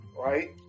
Right